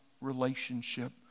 relationship